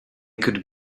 could